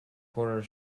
quarter